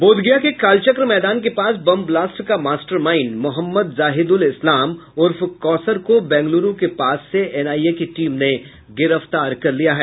बोधगया के कालचक्र मैदान के पास बम बलास्ट का मास्टरमाइंड मोहम्मद जाहिदुल इस्लाम उर्फ कौसर को बेंगरूलु के पास से एनआईए की टीम ने गिरफ्तार कर लिया है